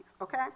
okay